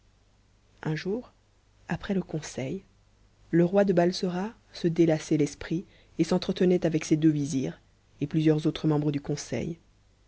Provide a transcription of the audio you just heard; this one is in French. roi u après te consei e roi de ta sora se dctassait sprit et s'entretenait avec ses deux vizirs et plusieurs autres membres du conseil